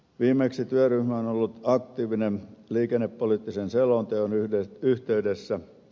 viimeksi työryhmä on ollut aktiivinen liikennepoliittisen selonteon yhteydessä